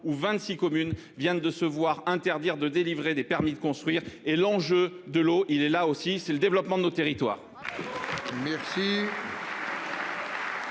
où 26 communes vient de se voir interdire de délivrer des permis de construire et l'enjeu de l'eau, il est là aussi c'est le développement de nos territoires.